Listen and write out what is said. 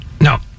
No